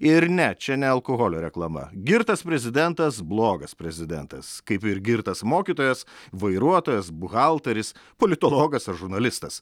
ir ne čia ne alkoholio reklama girtas prezidentas blogas prezidentas kaip ir girtas mokytojas vairuotojas buhalteris politologas ar žurnalistas